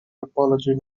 topology